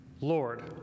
Lord